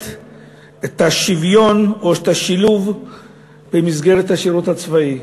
את השוויון או את השילוב במסגרת השירות הצבאי.